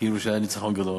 כאילו שהיה ניצחון גדול,